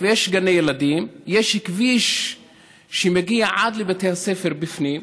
יש גני ילדים, יש כביש שמגיע עד לבתי הספר בפנים,